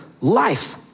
life